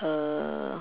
a